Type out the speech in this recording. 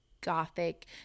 gothic